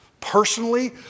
Personally